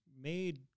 made